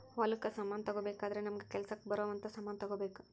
ಹೊಲಕ್ ಸಮಾನ ತಗೊಬೆಕಾದ್ರೆ ನಮಗ ಕೆಲಸಕ್ ಬರೊವ್ ಅಂತ ಸಮಾನ್ ತೆಗೊಬೆಕು